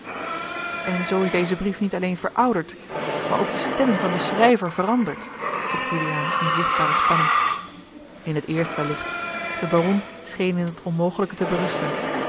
en zoo is deze brief niet alleen verouderd maar ook de stemming van den schrijver veranderd vroeg juliaan in zichtbare spanning in t eerst wellicht de baron scheen in t onmogelijke te berusten